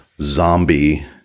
zombie